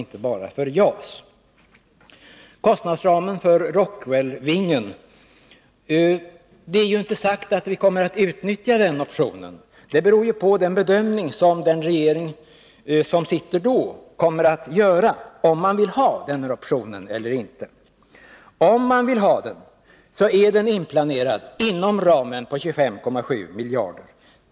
När det gäller kostnadsramen för Rockwellvingen vill jag säga att det inte är sagt att vi kommer att utnyttja den optionen — det beror på vilken bedömning den regeringen som då sitter gör. Men för den händelse man vill utnyttja optionen har kostaderna för det inkluderats. Den skall alltså finnas med inom ramen på 25,7 miljarder.